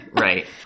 Right